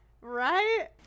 Right